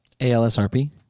ALSRP